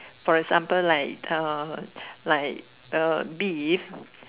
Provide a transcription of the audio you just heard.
for example like uh like uh beef